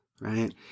right